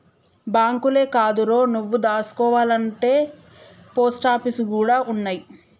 బాంకులే కాదురో, నువ్వు దాసుకోవాల్నంటే పోస్టాపీసులు గూడ ఉన్నయ్